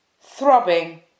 throbbing